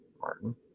Martin